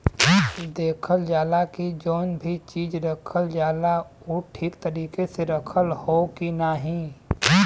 देखल जाला की जौन भी चीज रखल जाला उ ठीक तरीके से रखल हौ की नाही